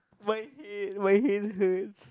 why head my head hurts